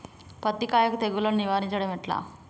పత్తి కాయకు తెగుళ్లను నివారించడం ఎట్లా?